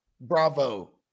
Bravo